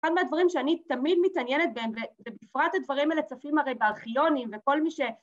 ‫אחד מהדברים שאני תמיד ‫מתעניינת בהם, ‫ובפרט הדברים האלה צפים הרי ‫בארכיונים וכל מי ש...